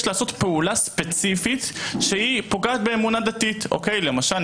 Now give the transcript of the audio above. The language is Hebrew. לעשות פעולה ספציפית שפוגעת באמונה דתית למשל,